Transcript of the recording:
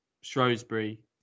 shrewsbury